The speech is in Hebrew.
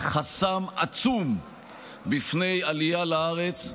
חסם עצום בפני עלייה לארץ,